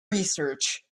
research